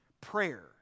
prayer